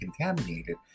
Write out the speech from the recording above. contaminated